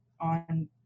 on